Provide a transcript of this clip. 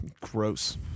gross